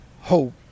hope